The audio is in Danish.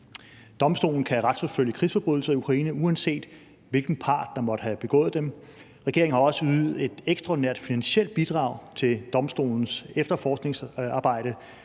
Domstolen kan retsforfølge krigsforbrydelser i Ukraine, uanset hvilken part der måtte have begået dem. Regeringen har også ydet et ekstraordinært finansielt bidrag til domstolens efterforskningsarbejde